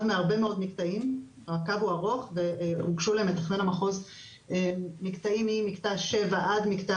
מהרבה מקטעים והוגשו למתכנן המחוז ממקטע 7 עד מקטע